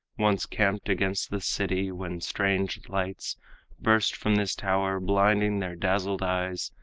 once camped against the city, when strange lights burst from this tower, blinding their dazzled eyes.